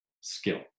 skill